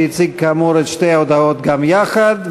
שהציג כאמור את שתי ההודעות גם יחד.